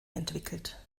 entwickelt